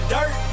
Dirt